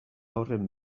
horren